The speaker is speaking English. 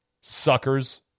Suckers